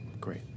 Great